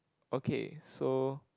okay so